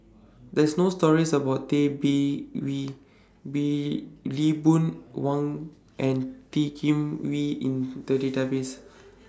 There's No stories about Tay Bin Wee Lee Boon Wang and T Kim Wee in The Database